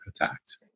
attacked